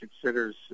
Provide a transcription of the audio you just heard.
considers